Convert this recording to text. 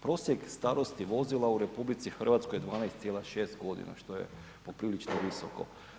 Prosjek starosti vozila u RH je 12,6 godina, što je poprilično visoko.